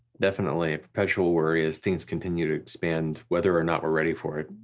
definitely a perpetual worry, as things continue to expand, whether or not we're ready for it.